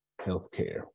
Healthcare